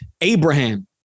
Abraham